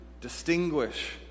distinguish